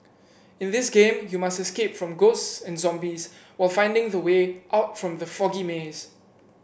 in this game you must escape from ghosts and zombies while finding the way out from the foggy maze